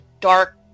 dark